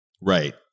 Right